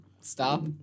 stop